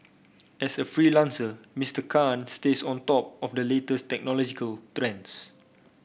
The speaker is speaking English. as a freelancer Mister Khan stays on top of the latest technological trends